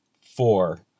Four